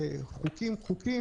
חוקים,